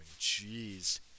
Jeez